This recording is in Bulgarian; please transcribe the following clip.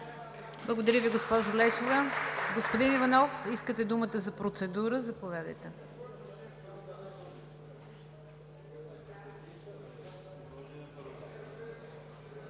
Благодаря Ви, госпожо Лечева. Господин Иванов, искате думата за процедура, заповядайте.